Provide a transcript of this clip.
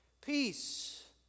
Peace